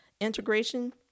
integration